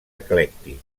eclèctic